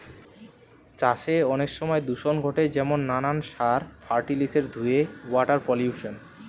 চাষে অনেক সময় দূষণ ঘটে যেমন নানান সার, ফার্টিলিসের ধুয়ে ওয়াটার পলিউশন